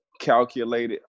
calculated